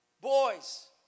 Boys